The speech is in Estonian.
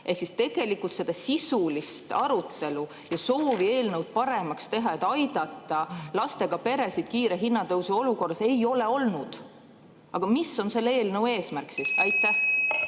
toetust. Tegelikult sisulist arutelu ja soovi eelnõu paremaks teha, et aidata lastega peresid kiire hinnatõusu olukorras, ei ole olnud. Mis on selle eelnõu eesmärk? Aitäh!